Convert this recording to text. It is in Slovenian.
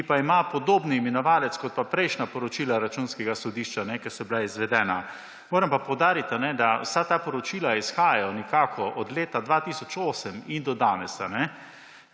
ki pa ima podoben imenovalec kot pa prejšnja poročila Računskega sodišča, ki so bila izvedena. Moram pa poudariti, da vsa ta poročila izhajajo nekako od leta 2008 in do danes,